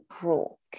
broke